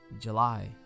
july